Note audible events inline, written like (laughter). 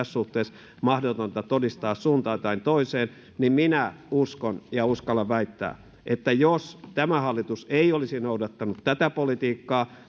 (unintelligible) suhteessa mahdotonta todistaa suuntaan tai toiseen niin minä uskon ja uskallan väittää että jos tämä hallitus ei olisi noudattanut tätä politiikkaa